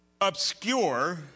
obscure